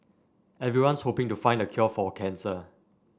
everyone's hoping to find the cure for cancer